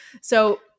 So-